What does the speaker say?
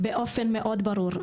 באופן מאוד ברור.